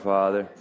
Father